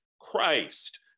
Christ